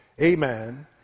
amen